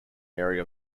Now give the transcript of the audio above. area